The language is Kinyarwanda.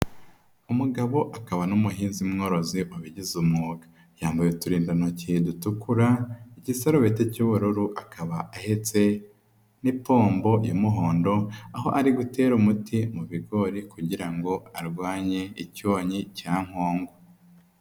Umugabo akaba n'umuhinzi mworozi wabigize umwuga, yambaye uturindantoki dutukura, igisarubete cy'ubururu, akaba ahetse n'ipombo y'umuhondo, aho ari gutera umuti mu bigori ,kugira ngo arwanye icyonnyi cya nkonkwa.